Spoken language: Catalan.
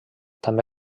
també